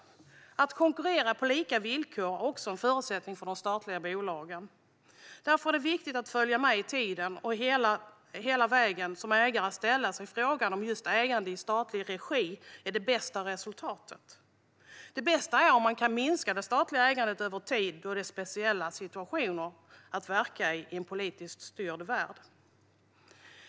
Att konkurrera på lika villkor är också en förutsättning för de statliga bolagen. Därför är det viktigt att följa med i tiden och att ägaren hela tiden ställer sig frågan om just ägande i statlig regi ger det bästa resultatet. Det bästa vore om det gick att minska det statliga ägandet över tid, eftersom det är speciella situationer att verka i en politiskt styrd värld.